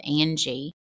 Angie